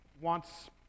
wants